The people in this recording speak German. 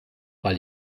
weil